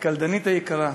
הקלדנית היקרה,